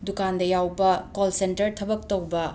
ꯗꯨꯀꯥꯟꯗ ꯌꯥꯎꯕ call centre ꯊꯕꯛ ꯇꯧꯕ